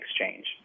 exchange